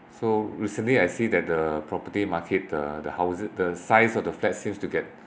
so recently I see that the property market uh the houses the size of the flats seems to get